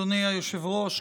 אדוני היושב-ראש,